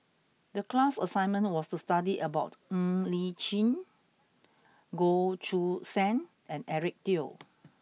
the class assignment was to study about Ng Li Chin Goh Choo San and Eric Teo